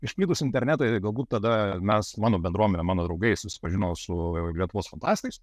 išplitus internetui ir galbūt tada mes mano bendruomenė mano draugai susipažino su lietuvos fantastais